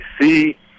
see